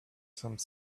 some